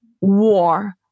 war